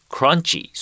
Crunchy